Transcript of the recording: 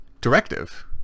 directive